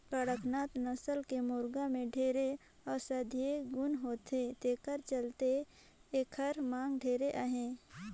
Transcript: कड़कनाथ नसल के मुरगा में ढेरे औसधीय गुन होथे तेखर चलते एखर मांग ढेरे अहे